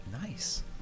Nice